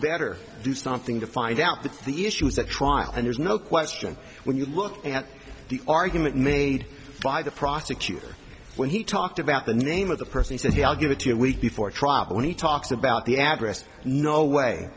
better do something to find out that the issues at trial and there's no question when you look at the argument made by the prosecutor when he talked about the name of the person he said he i'll give it to you a week before trial when he talks about the address no way